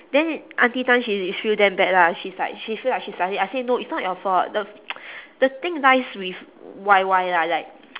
then auntie tan she feel damn bad lah she's like she feel like she start it I say no it's not your fault the the thing lies with Y Y lah like